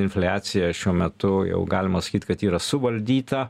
infliacija šiuo metu jau galima sakyt kad yra suvaldyta